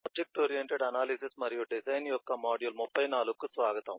object oriented analysis మరియు design యొక్క module 34 కు స్వాగతం